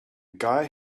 guy